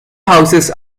houses